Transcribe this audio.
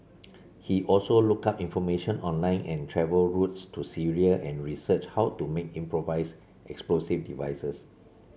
he also looked up information online an travel routes to Syria and researched how to make improvised explosive devices